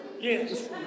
Yes